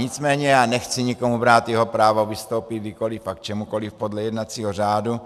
Nicméně nechci nikomu brát jeho právo vystoupit kdykoli a k čemukoli podle jednacího řádu.